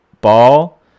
Ball